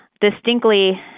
distinctly